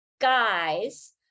guys